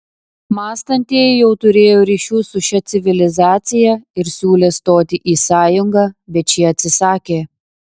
mąstantieji jau turėjo ryšių su šia civilizacija ir siūlė stoti į sąjungą bet šie atsisakė